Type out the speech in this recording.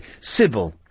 Sybil